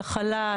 הכלה,